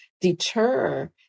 deter